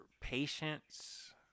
patience